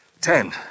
Ten